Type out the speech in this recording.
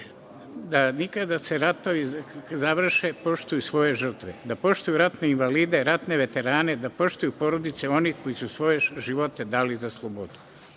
da i kada se ratovi završe poštuju svoje žrtve, da poštuju ratne invalide, ratne veterane, da poštuju porodice onih koji su svoje živote dali za slobodu.